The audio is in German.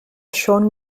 schon